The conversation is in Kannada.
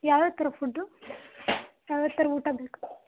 ಯಾವ್ಯಾವ ಥರ ಫುಡ್ ಯಾವ್ಯಾವ ಥರ ಊಟ ಬೇಕು